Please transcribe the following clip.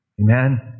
Amen